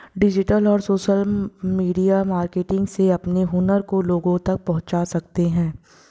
digital और social media marketing से अपने हुनर को लोगो तक पहुंचा सकते है